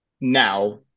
now